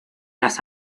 las